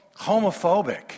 homophobic